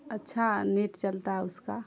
اچھا نیٹ چلتا ہے اس کا